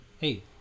hey